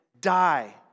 die